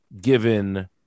given